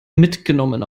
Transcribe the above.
mitgenommen